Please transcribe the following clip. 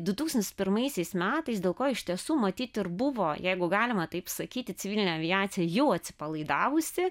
du tūkstantis pirmaisiais metais dėl ko iš tiesų matyt ir buvo jeigu galima taip sakyti civilinė aviacija jau atsipalaidavusi